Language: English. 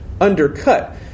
undercut